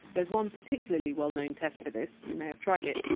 there! s one particularly well-known test for this, you may have tried it,